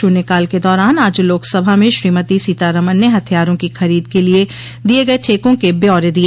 शून्य काल के दौरान आज लोकसभा में श्रीमती सीतारमन ने हथियारों की खरीद के लिए दिए गए ठेकों के ब्यौरे दिए